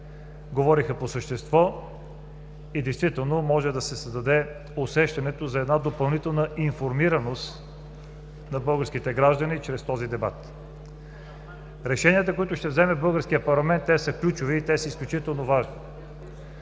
говориха по същество и действително може да се създаде усещането за допълнителна информираност на българските граждани чрез този дебат. Решенията, които ще вземе българският парламент, са ключови и изключително важни,